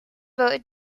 devoted